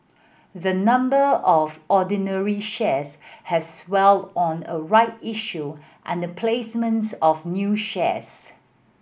the number of ordinary shares has swelled on a right issue and the placement of new shares